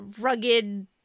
rugged